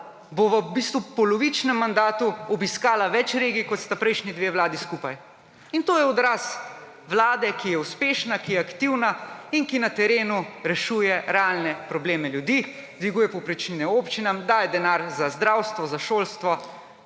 v polovičnem mandatu obiskala več regij, kot sta prejšnji dve vladi skupaj. To je odraz vlade, ki je uspešna, ki je aktivna in ki na terenu rešuje realne probleme ljudi, dviguje povprečnine občinam, daje denar za zdravstvo, za šolstvo,